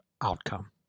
outcome